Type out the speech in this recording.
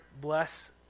bless